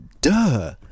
Duh